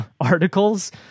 articles